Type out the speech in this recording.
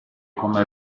come